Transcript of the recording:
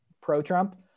pro-Trump